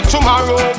Tomorrow